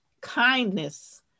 kindness